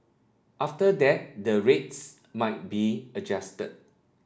after that the rates might be adjusted